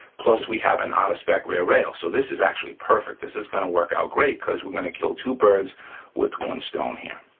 plus we have an out of spec rear rail, so this is actually perfect. this is gonna work out great cause we're gonna kill two birds with one stone here.